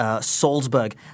Salzburg